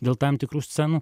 dėl tam tikrų scenų